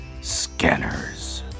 Scanners